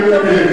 חבל.